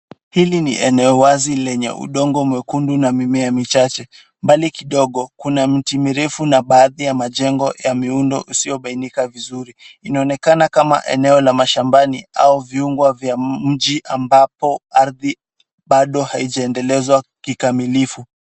Hili ni eneo wazi lenye udongo mekundu na mimea michache, mbali kidogo, kuna mti mrefu na baadhi ya majengo ya miundo usio bainika vizuri. Inaonekana kama eneo la mashambani, au viungo vya mji ambapo ardhi bado haijaendelezwa kikamilifu.